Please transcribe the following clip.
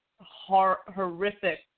horrific